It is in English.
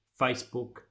Facebook